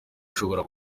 ushobora